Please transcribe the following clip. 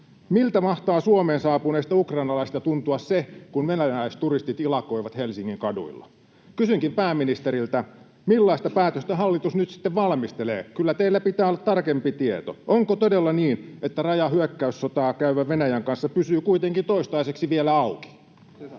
Miltä mahtaa Suomeen saapuneista ukrainalaisista tuntua, kun venäläisturistit ilakoivat Helsingin kaduilla? Kysynkin pääministeriltä: Millaista päätöstä hallitus nyt sitten valmistelee? Kyllä teillä pitää olla tarkempi tieto. Onko todella niin, että raja hyökkäyssotaa käyvän Venäjän kanssa pysyy kuitenkin toistaiseksi vielä auki? Ja